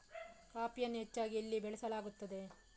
ಕಾಫಿಯನ್ನು ಹೆಚ್ಚಾಗಿ ಎಲ್ಲಿ ಬೆಳಸಲಾಗುತ್ತದೆ?